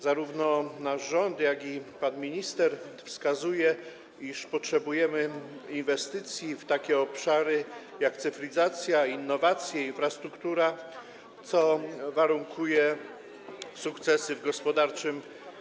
Zarówno nasz rząd, jak i pan minister wskazują, iż potrzebujemy inwestycji w takie obszary jak cyfryzacja, innowacje, infrastruktura, co warunkuje sukcesy w wyścigu gospodarczym.